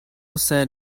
said